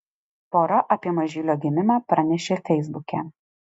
pora apie mažylio gimimą pranešė feisbuke